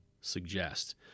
suggest